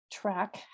track